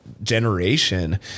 generation